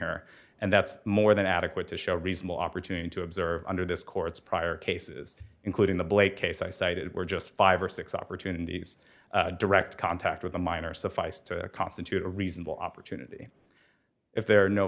her and that's more than adequate to show a reasonable opportunity to observe under this court's prior cases including the blake case i cited were just five or six opportunities direct contact with a minor suffice to constitute a reasonable opportunity if there are no